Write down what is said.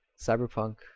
Cyberpunk